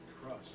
Trust